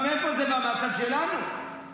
במספר, כמה?